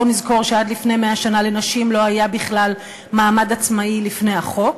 בואו נזכור שעד לפני 100 שנה לנשים לא היה בכלל מעמד עצמאי בפני החוק,